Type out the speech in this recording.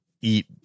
eat